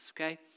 okay